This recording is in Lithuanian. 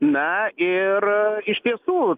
na ir iš tiesų